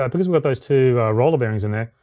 um because we got those two roller bearings in there,